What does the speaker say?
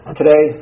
today